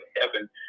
heaven